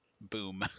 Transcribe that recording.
Boom